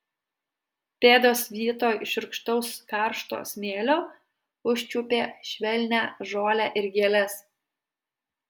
pėdos vietoj šiurkštaus karšto smėlio užčiuopė švelnią žolę ir gėles